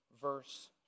verse